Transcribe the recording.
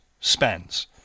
spends